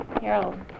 Harold